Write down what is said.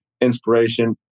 inspiration